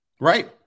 Right